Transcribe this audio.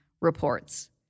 reports